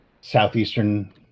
southeastern